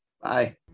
bye